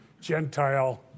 Gentile